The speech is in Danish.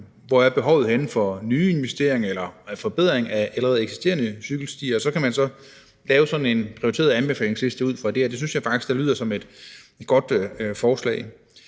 hvor behovet er for nye investeringer eller forbedringer af allerede eksisterende cykelstier. Så kan man lave sådan en prioriteret anbefalingliste ud fra det, og det synes jeg faktisk lyder som et godt forslag.